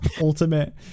ultimate